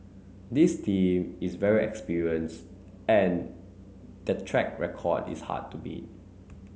this team is very experienced and their track record is hard to beat